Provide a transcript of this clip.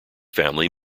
family